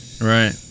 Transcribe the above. right